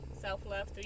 Self-love